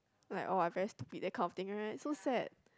like oh I very stupid that kind of thing right so sad